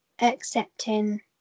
accepting